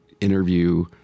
interview